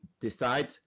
decide